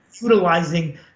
utilizing